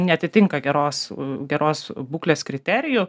neatitinka geros geros būklės kriterijų